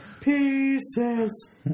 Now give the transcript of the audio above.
pieces